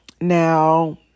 Now